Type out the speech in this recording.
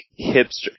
hipster